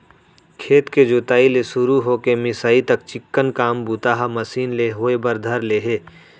खेत के जोताई ले सुरू हो के मिंसाई तक चिक्कन काम बूता ह मसीन ले होय बर धर ले हे